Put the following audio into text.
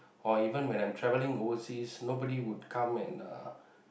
or even when I'm travelling overseas nobody would come and uh